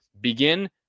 begin